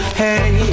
hey